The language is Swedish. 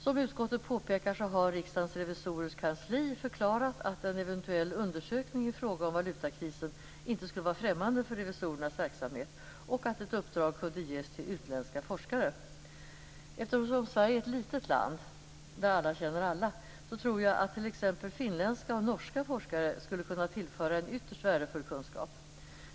Som utskottet påpekar har Riksdagens revisorers kansli förklarat att en eventuell undersökning i fråga om valutakrisen inte skulle vara främmande för revisorernas verksamhet, och att ett uppdrag kunde ges till utländska forskare. Eftersom Sverige är ett litet land där alla känner alla tror jag att t.ex. finländska och norska forskare skulle kunna tillföra en ytterst värdefull kunskap.